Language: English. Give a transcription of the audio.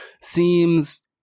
seems